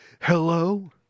Hello